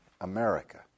America